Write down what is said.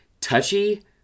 Touchy